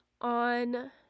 on